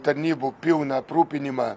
tarnybų pilną aprūpinimą